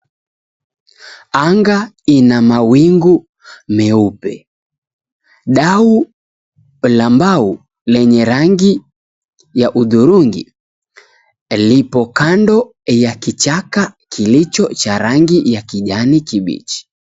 Anga ina mawingu meupe dau la mbao lenye rangi ya hudhurungi lipo kando ya kichaka kilicho cha rangi ya kijani kibichi